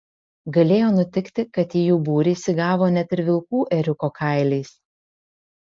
galėjo nutikti kad į jų būrį įsigavo net ir vilkų ėriuko kailiais